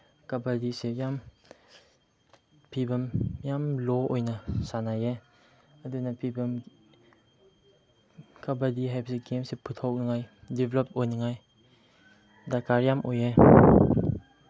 ꯀꯕꯥꯗꯤꯁꯤ ꯌꯥꯝ ꯐꯤꯕꯝ ꯌꯥꯝ ꯂꯣ ꯑꯣꯏꯅ ꯁꯥꯟꯅꯩꯌꯦ ꯑꯗꯨꯅ ꯐꯤꯕꯝ ꯀꯕꯥꯗꯤ ꯍꯥꯏꯕꯁꯤ ꯒꯦꯝꯁꯤ ꯄꯨꯊꯣꯛꯅꯉꯥꯏ ꯗꯤꯕ꯭ꯂꯞ ꯑꯣꯏꯅꯤꯉꯥꯏ ꯗꯔꯀꯥꯔ ꯌꯥꯝ ꯑꯣꯏꯌꯦ